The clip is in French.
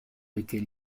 lequel